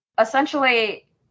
essentially